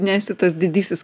nesi tas didysis